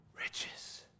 riches